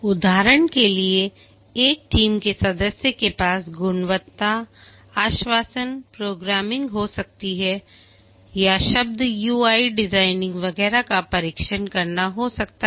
उदाहरण के लिए एक टीम के सदस्य के पास गुणवत्ता आश्वासन प्रोग्रामिंग हो सकती है या शायद UI डिजाइनिंग वगैरह का परीक्षण करना हो सकता है